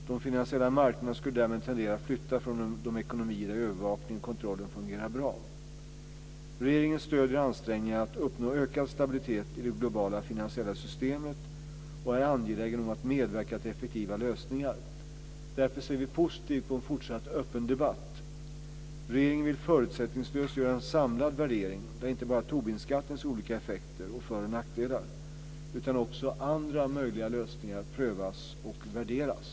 De finansiella marknaderna skulle därmed tendera att flytta från de ekonomier där övervakningen och kontrollen fungerar bra. Regeringen stöder ansträngningarna att uppnå ökad stabilitet i det globala finansiella systemet och är angelägen om att medverka till effektiva lösningar. Därför ser vi positivt på en fortsatt öppen debatt. Regeringen vill förutsättningslöst göra en samlad värdering där inte bara Tobinskattens olika effekter och för och nackdelar utan också andra möjliga lösningar prövas och värderas.